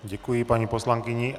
Děkuji paní poslankyni.